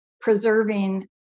preserving